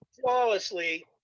flawlessly